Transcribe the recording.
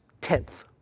tenth